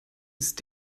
ist